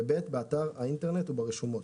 ו- (ב) באתר האינטרנט וברשומות.